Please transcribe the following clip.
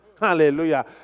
Hallelujah